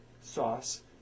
sauce